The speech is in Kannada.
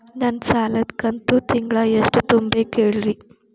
ನನ್ನ ಸಾಲದ ಕಂತು ತಿಂಗಳ ಎಷ್ಟ ತುಂಬಬೇಕು ಹೇಳ್ರಿ?